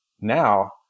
now